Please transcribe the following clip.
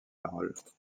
paroles